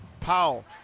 Powell